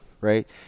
Right